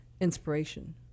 inspiration